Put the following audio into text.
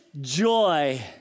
joy